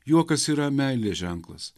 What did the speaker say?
juokas yra meilės ženklas